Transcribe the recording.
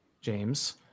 James